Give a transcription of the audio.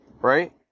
right